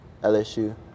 LSU